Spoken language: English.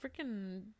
freaking